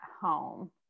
home